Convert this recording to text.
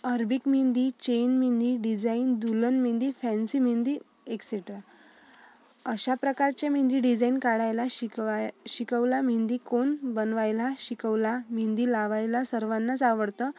Arabic mehndi chain mehndi design दुल्हन mehndi fancy mehndi etcetera अशा प्रकारच्या मेहंदी डिझाईन काढायला शिकवाय शिकवल्या मेहंदी कोन बनवायला शिकवला मेहंदी लावायला सर्वांनाच आवडतं